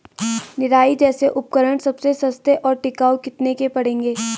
निराई जैसे उपकरण सबसे सस्ते और टिकाऊ कितने के पड़ेंगे?